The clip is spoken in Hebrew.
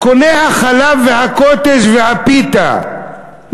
קונה החלב והקוטג' והפיתה,